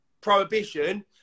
prohibition